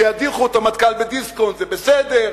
שידיחו את המנכ"ל בדיסקונט, זה בסדר.